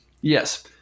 Yes